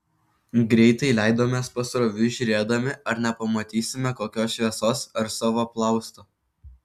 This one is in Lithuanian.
greitai leidomės pasroviui žiūrėdami ar nepamatysime kokios šviesos ar savo plausto